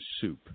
Soup